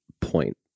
point